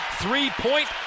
three-point